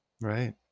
Right